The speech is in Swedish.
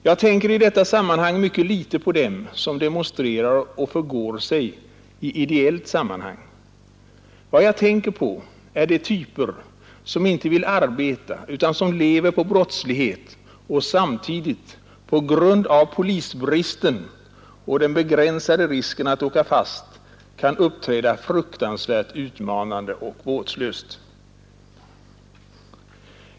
Jag tänker i detta sammanhang mycket litet på dem som demonstrerar och förgår sig i ideellt sammanhang. Vad jag tänker på är de typer som inte vill arbeta utan som lever på brottslighet och samtidigt på grund av polisbristen och den begränsade risken att åka fast kan uppträda fruktansvärt utmanande och vårdslöst.